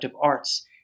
arts